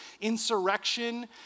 insurrection